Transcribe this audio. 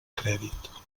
crèdit